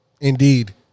Indeed